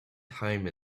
time